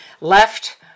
left